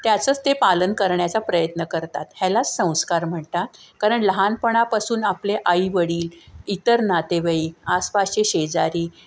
त्याचंच ते पालन करण्याचा प्रयत्न करतात ह्यालाच संस्कार म्हणतात कारण लहानपणापासून आपले आईवडील इतर नातेवाईक आसपासचे शेजारी